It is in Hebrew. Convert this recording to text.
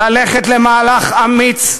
ללכת למהלך אמיץ,